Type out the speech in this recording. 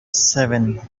seven